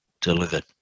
delivered